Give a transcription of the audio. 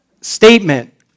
statement